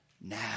now